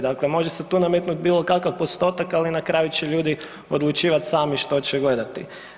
Dakle, može se tu nametnuti bilo kakav postotak, ali na kraju će ljudi odlučivati sami što će gledati.